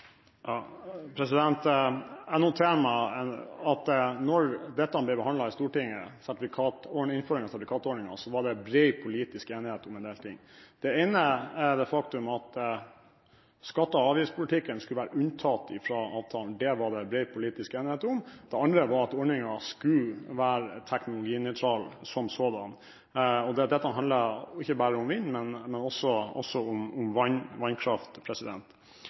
Jeg noterer meg at da elsertifikatordningen ble behandlet i Stortinget, var det bred politisk enighet om en del ting. Det ene er det faktum at skatte- og avgiftspolitikken skulle være unntatt fra avtalen – det var det bred politisk enighet om. Det andre var at ordningen skulle være teknologinøytral som sådan. Og dette handler ikke bare om vind, men også om vannkraft. For å kunne bygge ut både vannkraft